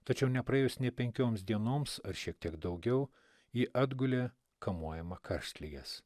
tačiau nepraėjus nė penkioms dienoms ar šiek tiek daugiau ji atgulė kamuojama karštligės